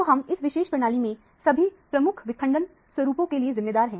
तो हम इस विशेष प्रणाली में सभी प्रमुख विखंडन स्वरूपों के लिए जिम्मेदार है